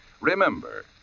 Remember